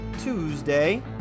Tuesday